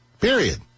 Period